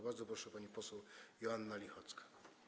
Bardzo proszę, pani poseł Joanna Lichocka.